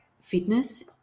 fitness